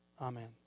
Amen